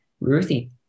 Ruthie